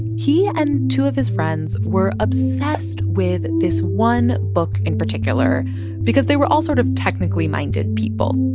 he and two of his friends were obsessed with this one book in particular because they were all sort of technically minded people.